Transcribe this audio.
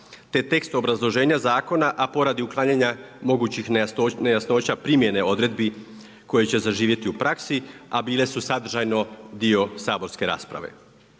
te tekst obrazloženja zakona a poradi uklanjanja mogućih nejasnoća primjene odredbi koje će zaživjeti u praksi a bile su sadržajno dio saborske rasprave.